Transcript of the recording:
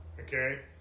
Okay